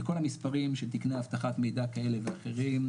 בכל המספרים של תקני אבטחת מידע כאלה ואחרים,